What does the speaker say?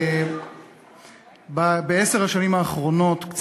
בעשר השנים האחרונות,